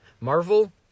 Marvel